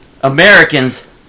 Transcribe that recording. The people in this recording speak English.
Americans